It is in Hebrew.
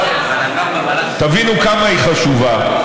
תבינו כמה היא חשובה,